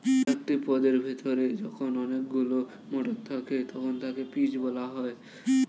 একটি পডের ভেতরে যখন অনেকগুলো মটর থাকে তখন তাকে পিজ বলা হয়